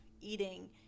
eating